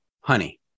Honey